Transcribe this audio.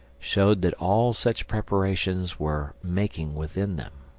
showed that all such preparations were making within them.